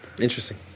interesting